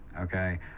okay